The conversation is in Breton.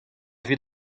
evit